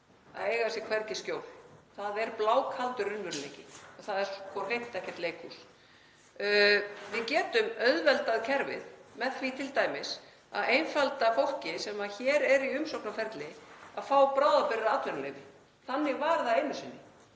að eiga sér hvergi skjól. Það er blákaldur raunveruleiki. Það er hreint ekkert leikhús. Við getum einfaldað kerfið með því t.d. að auðvelda fólki sem hér er í umsóknarferli að fá bráðabirgðaatvinnuleyfi. Þannig var það einu sinni.